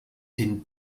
den